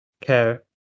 care